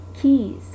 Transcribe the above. keys